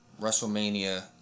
WrestleMania